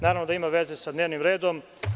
Naravno, ima veze sa dnevnim redom.